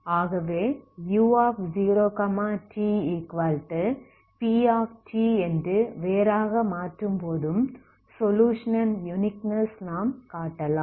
ஆகவே u0tp என்று வேறாக மாற்றும்போதும் சொலுயுஷன் ன் யுனிக்னெஸ் நாம் கட்டலாம்